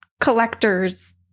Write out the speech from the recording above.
collectors